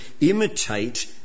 imitate